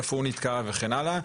איפה הוא נתקע וכן הלאה.